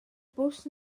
bws